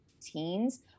teens